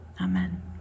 amen